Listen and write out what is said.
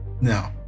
no